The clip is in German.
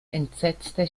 entsetzte